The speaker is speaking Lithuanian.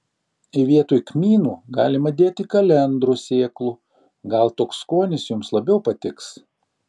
vietoj kmynų galima dėti kalendrų sėklų gal toks skonis jums labiau patiks